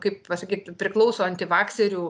kaip pasakyt priklauso antivakserių